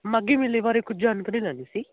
ਮਾਘੀ ਮੇਲੇ ਬਾਰੇ ਕੁਝ ਜਾਣਕਾਰੀ ਲੈਣੀ ਸੀ